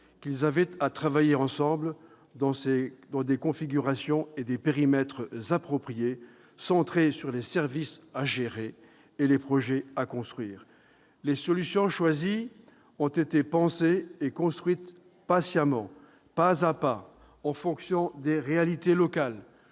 qu'ils avaient à travailler ensemble, dans des configurations et des périmètres appropriés, centrés sur les services à gérer et les projets à construire. Les solutions choisies ont été pensées et édifiées patiemment, pas à pas, en fonction des réalités locales,